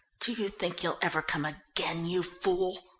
do you think he'll ever come again, you fool?